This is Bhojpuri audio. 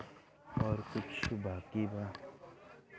और कुछ बाकी बा?